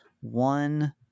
one